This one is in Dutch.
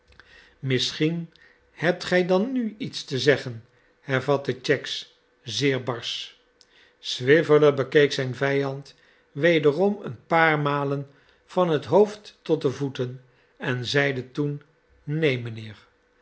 misschien hebt gij dan nu iets te zeggen hervatte cheggs zeer barsch swiveller bekeek zijn vijand wederom een paar malen van het hoofd tot de voeten en zeide toen neen